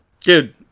Dude